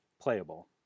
playable